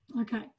Okay